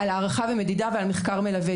על הערכה ומדידה ועל מחקר מלווה.